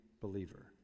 believer